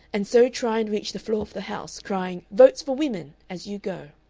and so try and reach the floor of the house, crying votes for women as you go.